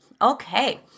Okay